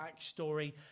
backstory